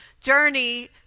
journey